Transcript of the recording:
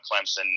Clemson